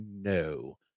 No